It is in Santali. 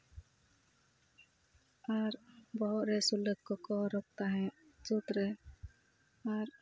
ᱟᱨ ᱵᱚᱦᱚᱜ ᱨᱮ ᱥᱩᱞᱟᱹᱠ ᱠᱚᱠᱚ ᱦᱚᱨᱚᱜᱽ ᱛᱟᱦᱮᱸᱡ ᱥᱩᱫᱨᱮ ᱟᱨ